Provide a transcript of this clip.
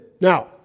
Now